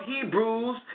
Hebrews